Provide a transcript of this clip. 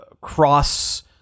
cross